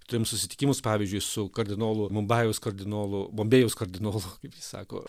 turėjom susitikimus pavyzdžiui su kardinolu mumbajaus kardinolu mombėjaus kardinolu kaip jis sako